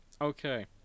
Okay